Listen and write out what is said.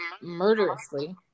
Murderously